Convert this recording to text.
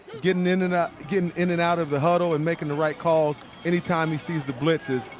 getting in and ah getting in and out of the huddle and making the right calls anytime he sees the blitzes.